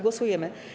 Głosujemy.